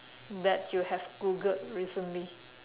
that you have googled recently